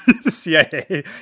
CIA